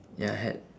ya had